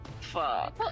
Fuck